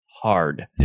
hard